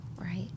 right